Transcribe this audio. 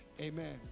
Amen